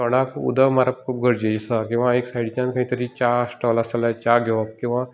तोंडार उदक मारप खूब गरजेचें आसा किंवा एक सायडीच्यान खंय तरी च्या स्टॉल आस जाल्यार च्या घेवप किंवा